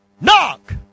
Knock